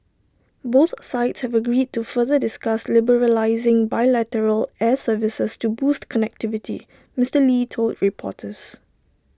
both sides have agreed to further discuss liberalising bilateral air services to boost connectivity Mister lee told reporters